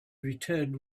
returned